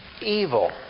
evil